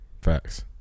Facts